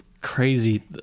crazy